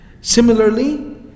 Similarly